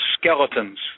skeletons